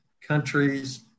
countries